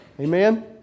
Amen